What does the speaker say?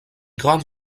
grande